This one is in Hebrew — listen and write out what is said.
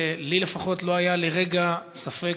לי לפחות לא היה לרגע ספק,